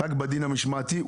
אולי רק בדין המשמעתי.